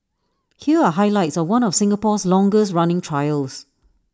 here are highlights of one of Singapore's longest running trials